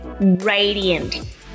radiant